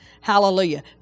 Hallelujah